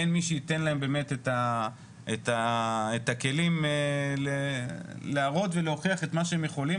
אבל אין מי שייתן להם באמת את הכלים להראות ולהוכיח את מה שהם יכולים,